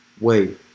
wait